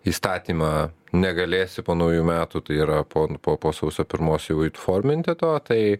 įstatymą negalėsi po naujų metų tai yra pon po po sausio pirmos jau eit forminti to tai